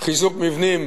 חיזוק מבנים